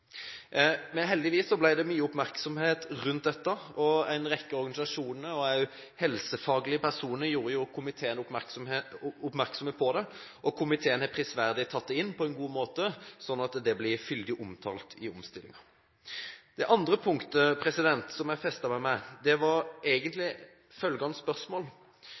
Men heldigvis ble det mye oppmerksomhet rundt dette, og en rekke organisasjoner og også helsefaglige personer gjorde komiteen oppmerksom på det, og komiteen har prisverdig tatt det inn på en god måte, slik at det blir fyldig omtalt i innstillingen. Det andre punktet jeg festet meg ved, var egentlig følgende: